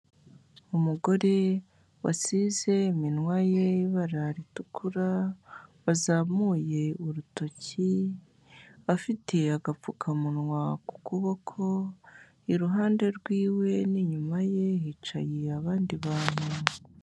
Umugore wasize iminwa ye ibara ritukura, wazamuye urutoki, afite agapfukamunwa ku kuboko, iruhande rw'iwe n'inyuma ye, hicaye abandi bantu.